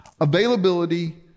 availability